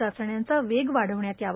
चाचण्यांचा वेग वाढविण्यात यावा